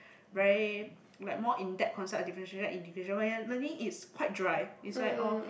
really like more in depth concept like differentiation and integration while you are learning is quite dry is like all